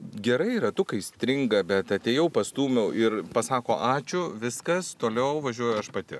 gerai ratukai stringa bet atėjau pastūmiau ir pasako ačiū viskas toliau važiuoju aš pati